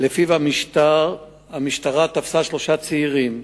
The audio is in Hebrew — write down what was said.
כי המשטרה תפסה שלושה צעירים,